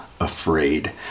afraid